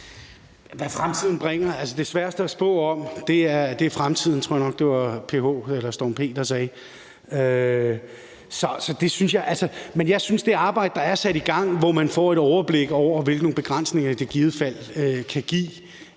Det sværeste at spå om er fremtiden. Det var, tror jeg nok, Storm P, der sagde det. Men med det arbejde, der er sat i gang, får vi et overblik over, hvilke begrænsninger det i givet fald kan give.